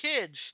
kids